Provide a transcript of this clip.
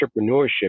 entrepreneurship